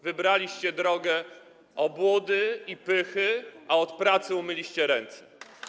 Wybraliście drogę obłudy i pychy, a od pracy umyliście ręce.